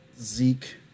Zeke